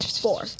Four